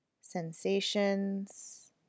sensations